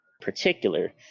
particular